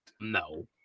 No